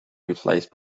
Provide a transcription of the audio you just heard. replaced